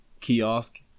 kiosk